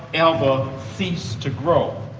ever cease to grow.